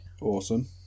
awesome